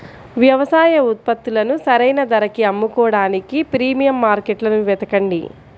వ్యవసాయ ఉత్పత్తులను సరైన ధరకి అమ్ముకోడానికి ప్రీమియం మార్కెట్లను వెతకండి